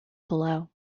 below